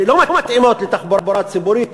שלא מתאימות לתחבורה ציבורית,